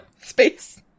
space